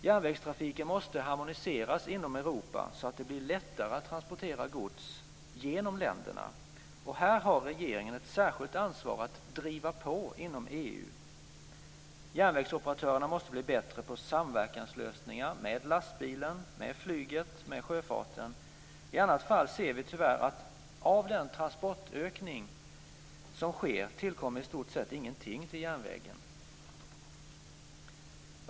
Järnvägstrafiken måste harmoniseras inom Europa så att det blir lättare att transportera gods genom länderna, och här har regeringen ett särskilt ansvar att driva på inom EU. Järnvägsoperatörerna måste bli bättre på samverkanslösningar med lastbilen, flyget och sjöfarten. I annat fall ser vi tyvärr att av den transportökning som sker tillkommer i stort sett ingenting till järnvägen.